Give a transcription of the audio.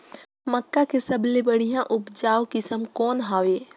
मक्का के सबले बढ़िया उपजाऊ किसम कौन हवय?